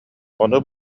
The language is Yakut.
ону